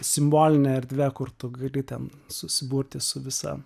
simboline erdve kur tu gali ten susiburti su visa